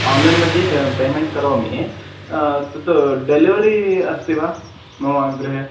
online मध्ये pay payment करोमि तत् डेलिवरि अस्ति वा मम गृहे